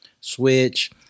Switch